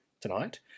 tonight